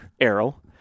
arrow